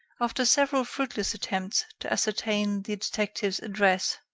after several fruitless attempts to ascertain the detective's address,